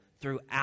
throughout